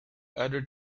other